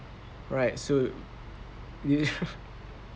right so